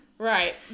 Right